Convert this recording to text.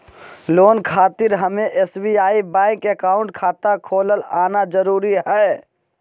Loan खातिर हमें SBI bank account खाता खोल आना जरूरी है?